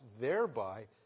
thereby